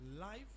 Life